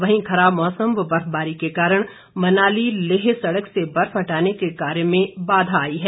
वहीं खराब मौसम व बर्फबारी के कारण मनाली लेह सड़क से बर्फ हटाने के कार्य में बाधा आई है